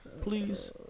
Please